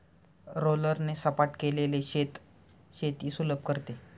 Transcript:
रोलरने सपाट केलेले शेत शेती सुलभ करते